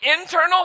internal